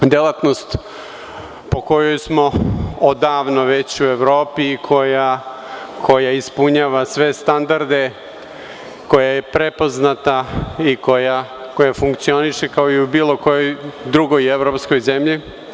Delatnost o kojoj smo odavno već u Evropi i koja ispunjava sve standarde, koja je prepoznata i koja funkcioniše kao i u bilo kojoj drugoj evropskoj zemlji.